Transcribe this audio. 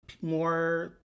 more